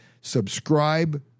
Subscribe